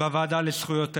בוועדה לזכויות הילד.